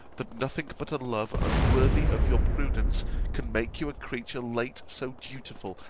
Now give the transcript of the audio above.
that nothing but a love unworthy of your prudence can make you a creature late so dutiful,